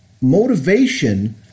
Motivation